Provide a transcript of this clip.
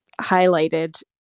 highlighted